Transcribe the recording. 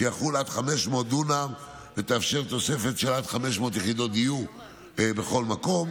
שיחול עד 500 דונם ויאפשר תוספת של עד 500 יחידות דיור בכל מקום,